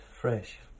fresh